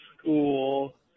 school